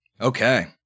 Okay